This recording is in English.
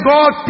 God